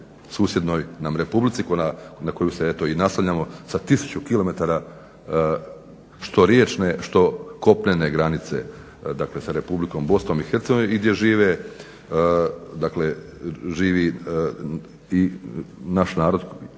susjednoj nam Republici na koju se eto i naslanjamo sa 1000 km što riječne što kopnene granice dakle sa Republikom Bosnom i Hercegovinom i gdje živi i naš narod,